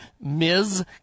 Ms